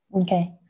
Okay